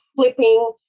flipping